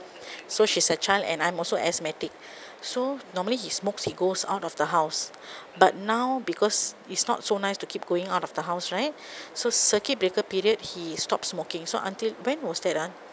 so she's a child and I'm also asthmatic so normally he smokes he goes out of the house but now because it's not so nice to keep going out of the house right so circuit breaker period he stopped smoking so until when was that ah